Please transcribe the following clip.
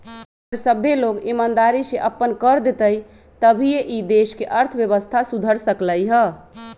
अगर सभ्भे लोग ईमानदारी से अप्पन कर देतई तभीए ई देश के अर्थव्यवस्था सुधर सकलई ह